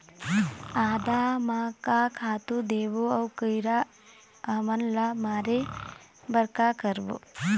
आदा म का खातू देबो अऊ कीरा हमन ला मारे बर का करबो?